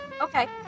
okay